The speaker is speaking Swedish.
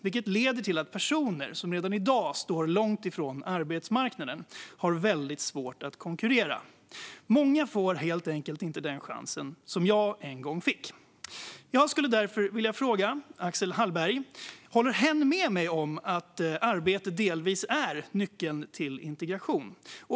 Det leder till att personer som redan i dag står långt från arbetsmarknaden har väldigt svårt att konkurrera. Många får helt enkelt inte den chans som jag en gång fick. Jag skulle därför vilja fråga Axel Hallberg om han håller med mig om att arbete delvis är nyckeln till integration.